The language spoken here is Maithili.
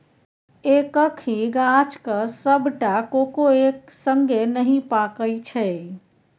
एक्कहि गाछक सबटा कोको एक संगे नहि पाकय छै